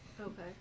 Okay